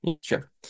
Sure